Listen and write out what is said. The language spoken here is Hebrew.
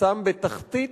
שׂם בתחתית,